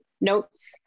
notes